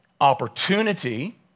opportunity